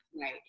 Right